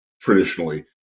traditionally